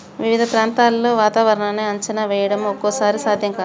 వివిధ ప్రాంతాల్లో వాతావరణాన్ని అంచనా వేయడం ఒక్కోసారి సాధ్యం కాదు